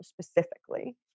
specifically